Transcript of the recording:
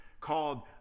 called